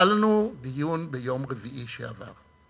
היה לנו דיון ביום רביעי שעבר.